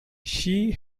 she